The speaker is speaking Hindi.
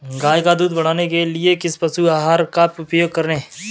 गाय का दूध बढ़ाने के लिए किस पशु आहार का उपयोग करें?